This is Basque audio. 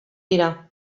dira